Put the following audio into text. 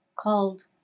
Called